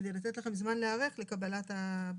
כדי לתת לכם זמן להיערך לקבלת הבקשות.